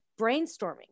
brainstorming